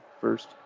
first